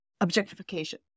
objectification